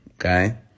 Okay